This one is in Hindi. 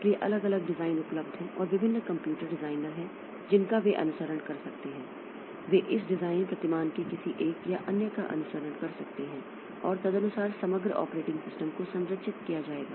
इसलिए अलग अलग डिज़ाइन उपलब्ध हैं और विभिन्न कंप्यूटर डिज़ाइनर हैं जिनका वे अनुसरण कर सकते हैं वे इस डिज़ाइन प्रतिमान के किसी 1 या अन्य का अनुसरण कर सकते हैं और तदनुसार समग्र ऑपरेटिंग सिस्टम को संरचित किया जाएगा